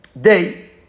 day